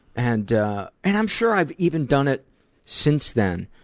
and and i'm sure i've even done it since then,